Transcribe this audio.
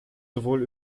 sowohl